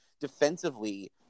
defensively